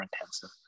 intensive